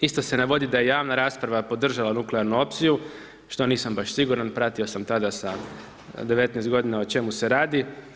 Isto se navodi da je javna rasprava podržala nuklearnu opciju što nisam baš siguran, pratio sam tada sa 19 godina o čemu se radi.